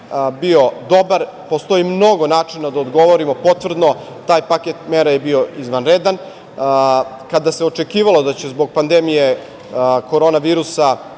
bio dobar, postoji mnogo načina da odgovorimo potvrdno. Taj paket mera je bio izvanredan. Kada se očekivalo da će zbog pandemije korona virusa